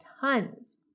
tons